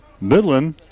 Midland